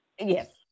yes